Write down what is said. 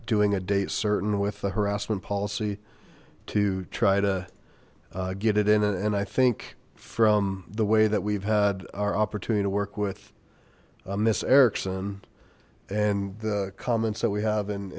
doing a date certain with the harassment policy to try to get it in and i think from the way that we've had our opportunity to work with miss erickson and the comments that we have and